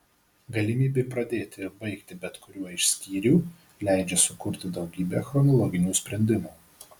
galimybė pradėti ir baigti bet kuriuo iš skyrių leidžia sukurti daugybę chronologinių sprendimų